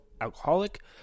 alcoholic